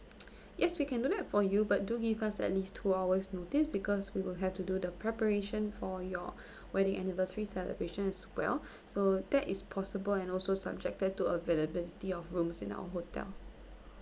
yes we can do that for you but do give us at least two hours notice because we will have to do the preparation for your wedding anniversary celebration as well so that is possible and also subjected to availability of rooms in our hotel